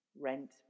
rent